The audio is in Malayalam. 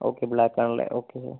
ഓക്കെ ബ്ലാക്ക് ആണ് അല്ലേ ഓക്കെ